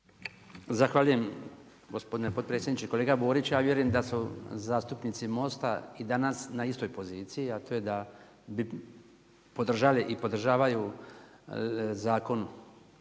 Zahvaljujem gospodine potpredsjedniče. Kolega Borić ja vjerujem da su zastupnici MOST-a i dana s na istoj poziciji a to je da bi podržali i podržavaju Zakon